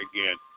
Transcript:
again